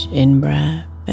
in-breath